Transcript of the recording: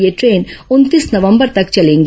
यह ट्रेन उनतीस नवंबर तक चलेंगी